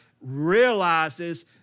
realizes